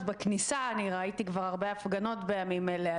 בכניסה, אני ראיתי כבר הרבה הפגנות בימים אלה.